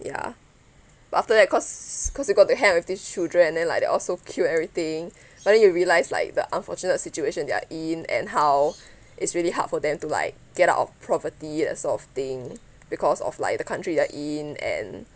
ya but after that cause cause you got to hang out with these children and then like they all so cute and everything but then you realise like the unfortunate situation they are in and how it's really hard for them to like get out of poverty that sort of thing because of like the country they are in and